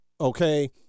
okay